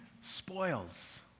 spoils